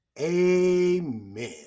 Amen